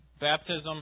Baptism